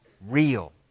real